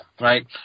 Right